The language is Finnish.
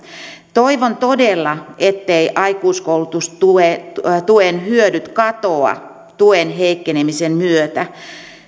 toivon todella etteivät aikuiskoulutustuen hyödyt katoa tuen heikkenemisen myötä